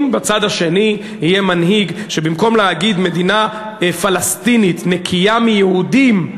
אם בצד השני יהיה מנהיג שבמקום להגיד "מדינה פלסטינית נקייה מיהודים"